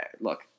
look